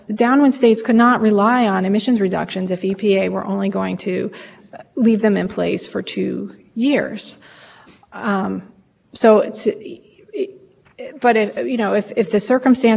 but by year ten state is no longer making significant contributions according to all analysis